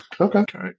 Okay